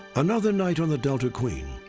another night on the delta queen,